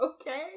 Okay